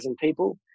people